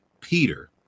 Peter